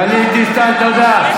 גלית דיסטל, תודה.